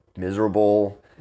miserable